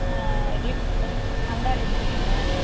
ஆ ரிப் ரிப் அங்காலேஸ்வரிங்க